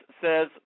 says